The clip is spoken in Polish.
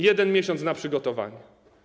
1 miesiąc na przygotowanie.